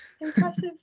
Impressive